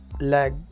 leg